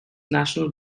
national